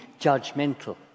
judgmental